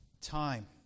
time